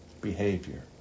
behavior